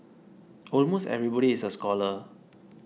almost everybody is a scholar